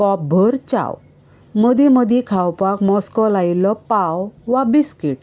कॉप भर चाव मदी मदी खावपाक मस्को लायिल्लो पाव वा बिस्कीट